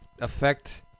affect